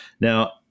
Now